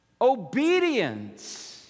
obedience